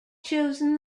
chosen